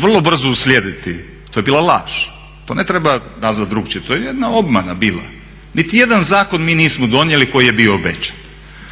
vrlo brzo uslijediti, to je bila laž, to ne treba nazvati drukčije, to je jedna obmana bila. Niti jedan zakon mi nismo donijeli koji je bio obećan.